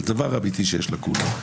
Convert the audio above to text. על דבר אמיתי שיש לקונה,